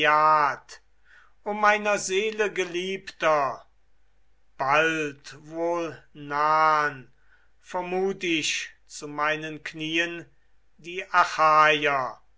o meiner seele geliebter bald wohl nahn vermut ich zu meinen knien die